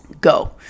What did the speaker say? go